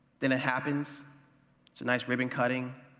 then it happens, it's a nice ribbon cutting,